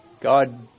God